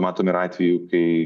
matome ir atvejų kai